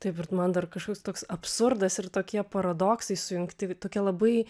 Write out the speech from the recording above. taip ir man dar kažkoks toks absurdas ir tokie paradoksai sujungti tokia labai